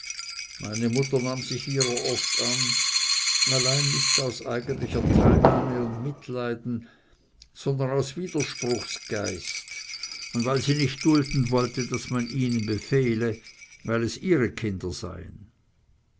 meine mutter nahm sich ihrer oft an allein nicht aus eigentlicher teilnahme und mitleiden sondern aus widerspruchsgeist und weil sie nicht dulden wollte daß man ihnen befehle weil es ihre kinder seien